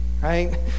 right